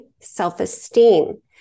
self-esteem